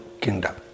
kingdom